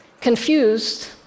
Confused